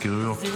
מזכירויות.